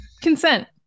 consent